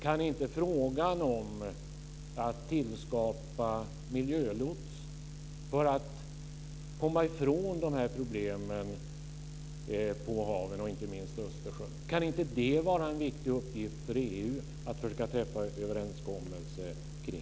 Kan dessutom inte tillskapande av miljölots för att komma ifrån de här problemen på haven, inte minst i Östersjön, vara en viktig uppgift för EU att försöka träffa en överenskommelse om?